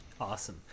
awesome